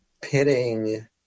pitting